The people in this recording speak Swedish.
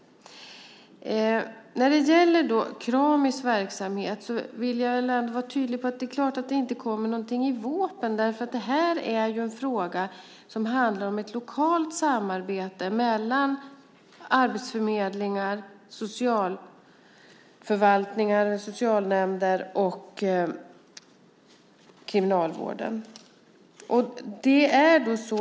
När det gäller Kramis verksamhet vill jag vara tydlig. Det är klart att det inte kommer någonting i vårpropositionen. Det här är ju en fråga som handlar om ett lokalt samarbete mellan arbetsförmedlingar, socialförvaltningar, socialnämnder och kriminalvården.